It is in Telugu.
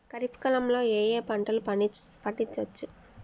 ఖరీఫ్ కాలంలో ఏ ఏ పంటలు పండించచ్చు?